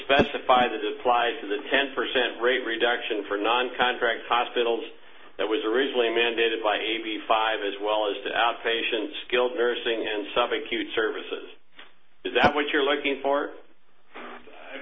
specify that applied to the ten percent rate reduction for non contract hospitals that was originally mandated by eighty five as well as to outpatient skilled nursing and suffocated services is that what you're looking for